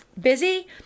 busy